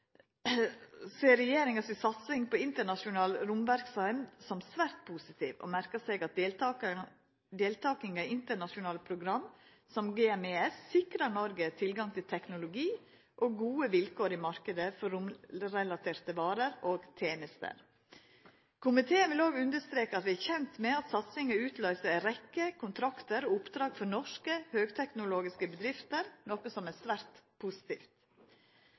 ser regjeringa si satsing på internasjonal romverksemd som svært positiv, og merkar seg at deltakinga i internasjonale program som GMES sikrar Noreg tilgang til teknologi og gode vilkår i marknaden for romrelaterte varer og tenester. Komiteen vil òg understreke at vi er kjende med at satsinga utløyser ei rekkje kontraktar og oppdrag for norske høgteknologiske bedrifter, noko som er svært positivt.